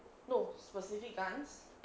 no specific guns